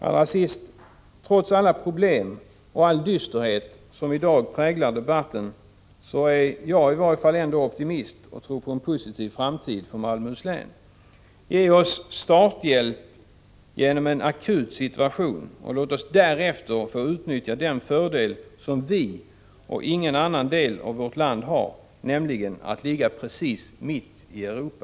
Allra sist: Trots alla problem och all dysterhet som i dag präglar debatten är jag ändå optimist och tror på en positiv framtid för Malmöhus län. Ge oss starthjälp att komma igenom en akut situation. Och låt oss därefter få utnyttja den fördel som Malmöhus län — och ingen annan del av vårt land — har, nämligen att ligga precis mitt i Europa.